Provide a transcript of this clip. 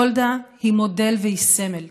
גולדה היא מודל והיא סמל.